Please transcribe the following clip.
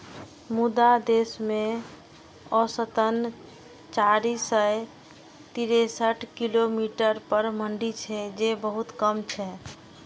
मुदा देश मे औसतन चारि सय तिरेसठ किलोमीटर पर मंडी छै, जे बहुत कम छै